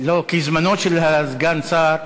כי זמנו של סגן השר,